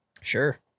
Sure